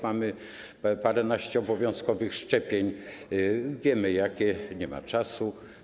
Mamy paręnaście obowiązkowych szczepień - wiemy jakie, nie ma czasu.